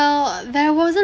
there wasn't